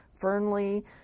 Fernley